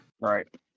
Right